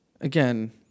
again